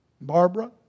Barbara